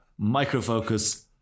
Microfocus